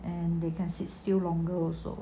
and they can't sit still longer also